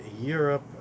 Europe